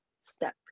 step